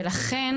ולכן,